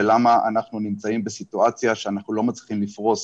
ולמה אנחנו נמצאים בסיטואציה שאנחנו לא מצליחים לפרוס